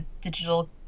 digital